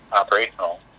operational